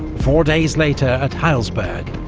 four days later at heilsberg,